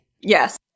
Yes